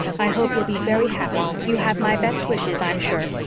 i hope you'll be very happy. you have my best wishes, i'm sure.